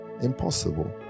Impossible